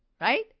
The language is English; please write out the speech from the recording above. right